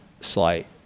slight